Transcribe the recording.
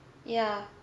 ya